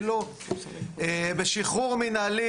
בשחרור מנהלי